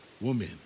woman